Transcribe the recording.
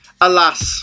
Alas